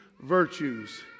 virtues